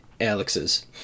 Alex's